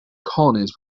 colonies